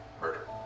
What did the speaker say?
murder